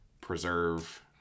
preserve